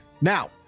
now